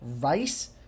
Rice